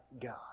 God